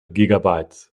gigabytes